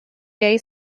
gay